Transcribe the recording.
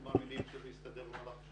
אנחנו מאמינים שזה יסתדר במהלך השנה.